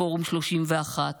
פורום שלושים ואחת,